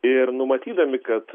ir numatydami kad